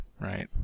Right